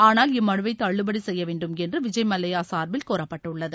ஆனால் இம்மனுவை தள்ளுபடி செய்ய வேண்டும் என்று விஜய்மல்லையா சாா்பில் கோரப்பட்டுள்ளது